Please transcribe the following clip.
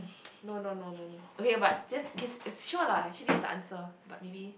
no no no no no okay but just kiss sure lah actually is answer but maybe